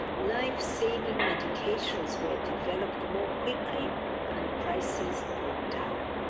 life-saving medications were developed more quickly and prices brought down.